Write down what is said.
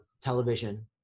television